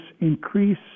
increase